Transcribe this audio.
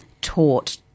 taught